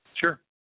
sure